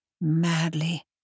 madly